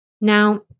Now